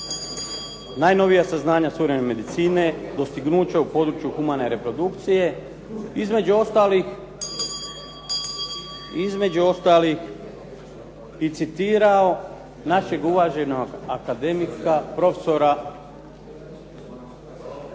najnovija saznanja suvremene medicine, dostignuća u području humane reprodukcije, između ostalih i citirao našeg uvaženog akademika, profesora Draženčića.